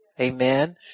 Amen